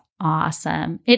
awesome